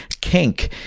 kink